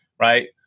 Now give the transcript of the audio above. right